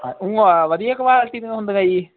ਆ ਊਂ ਆਹ ਵਧੀਆ ਕੁਆਲਿਟੀ ਦਾ ਹੁੰਦਾ ਹੈ ਜੀ